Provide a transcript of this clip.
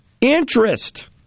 interest